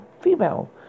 female